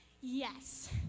Yes